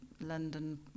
London